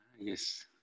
Yes